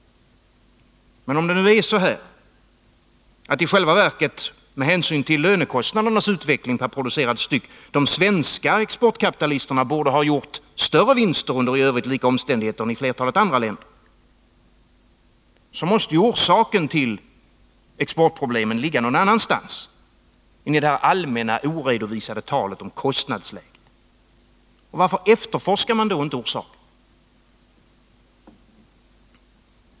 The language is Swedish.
Men om det nu är så att i själva verket med hänsyn till lönekostnadernas utveckling per producerad styck de svenska exportkapitalisterna borde ha gjort större vinster under i övrigt lika omständigheter än man gjort i flertalet andra länder, så måste ju orsaken till exportproblemen ligga någon annanstans än i det allmänna oredovisade talet om kostnadsläget. Varför efterforskar man då inte orsaken?